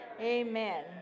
Amen